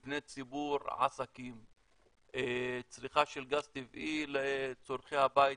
מבני ציבור, עסקים, צריכה של גז טבעי לצרכי הבית